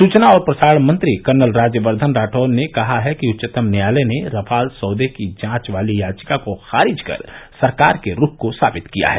सुचना और प्रसारण मंत्री कर्नल राज्यवर्धन राठौर ने कहा है कि उच्चतम न्यायालय ने रफाल सौदे की जांच वाली याचिका को खारिज कर सरकार के रूख को साबित किया है